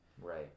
Right